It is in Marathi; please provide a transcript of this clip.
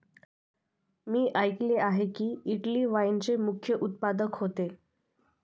मी ऐकले आहे की, इटली वाईनचे मुख्य उत्पादक होते